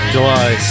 July